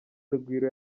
urugwiro